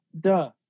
duh